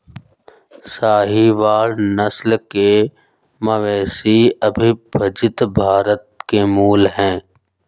साहीवाल नस्ल के मवेशी अविभजित भारत के मूल हैं